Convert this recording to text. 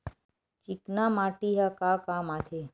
चिकना माटी ह का काम आथे?